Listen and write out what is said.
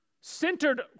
centered